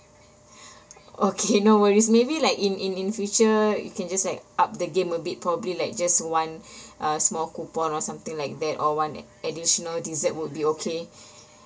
okay no worries maybe like in in in future you can just like up the game a bit probably like just one uh small coupon or something like that or one ad~ additional dessert would be okay